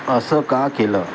असं का केलं